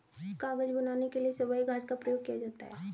कागज बनाने के लिए सबई घास का भी प्रयोग किया जाता है